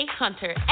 hunter